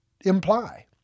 imply